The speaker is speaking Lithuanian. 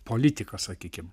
politiką sakykim